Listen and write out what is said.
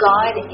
God